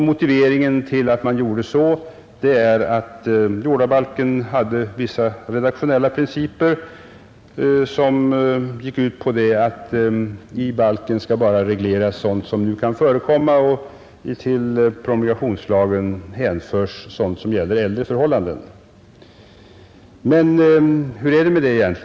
Motiveringen till att man har gjort så är att man för jordabalken hade vissa redaktionella principer som gick ut på att i balken bara skall regleras sådana förhållanden som kan förekomma nu och till promulgationslagen skulle hänföras sådant som gäller äldre förhållanden. Men hur är det egentligen med det?